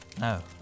No